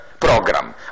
program